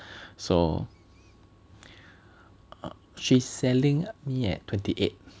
so she's selling me at twenty eight